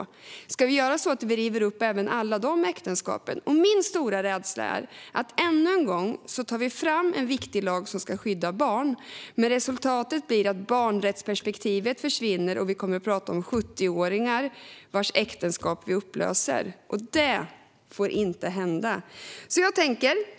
Ska vi göra så att vi även river upp alla de äktenskapen? Min stora rädsla är att vi ännu en gång tar fram en viktig lag som ska skydda barn men att resultatet blir att barnrättsperspektivet försvinner och att vi kommer att tala om 70-åringar vilkas äktenskap vi upplöser. Det får inte hända.